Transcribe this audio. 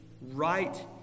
Right